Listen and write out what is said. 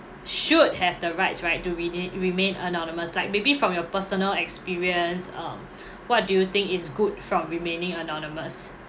should have the rights right to rene~ remain anonymous like maybe from your personal experience um what do you think is good from remaining anonymous